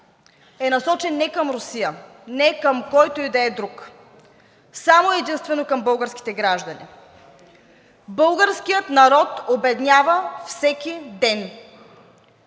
е насочен не към Русия или който и да е друг, а само и единствено към българските граждани. Българският народ обеднява всеки ден.